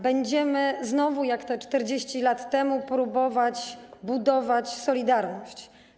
Będziemy znowu, jak 40 lat temu, próbować budować solidarność.